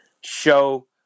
show